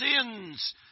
sins